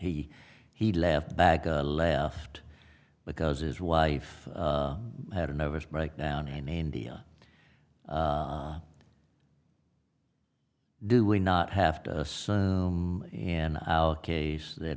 he he left back left because his wife had a nervous breakdown in india do we not have to assume and our case that